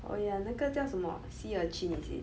oh yeah 那个叫什么 sea urchin is it